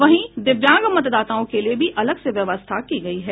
वहीं दिव्यांग मतदाताओं के लिए भी अलग से व्यवस्था की गई है